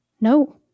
No